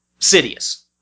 Sidious